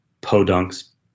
Podunk's